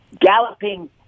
galloping